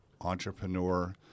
entrepreneur